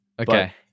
okay